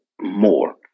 more